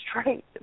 straight